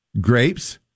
grapes